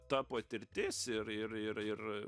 ta patirtis ir ir ir ir